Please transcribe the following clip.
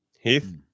Heath